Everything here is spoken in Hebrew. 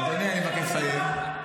אדוני, אני מבקש לסיים.